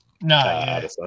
No